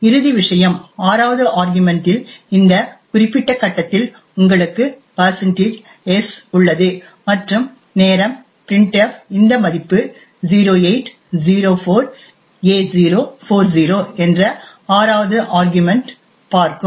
இறுதி விஷயம் ஆறாவது ஆர்கியுமென்ட் இல் இந்த குறிப்பிட்ட கட்டத்தில் உங்களுக்கு s உள்ளது மற்றும் நேரம் printf இந்த மதிப்பு 0804a040 என்ற ஆறாவது ஆர்கியுமென்ட்ப் பார்க்கும்